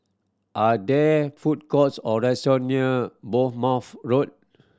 are there food courts or restaurant near Bournemouth Road